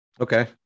Okay